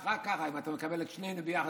ככה: אם אתה מקבל את שנינו ביחד,